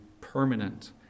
permanent